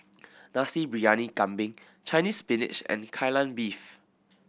Nasi Briyani Kambing Chinese Spinach and Kai Lan Beef